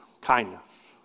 kindness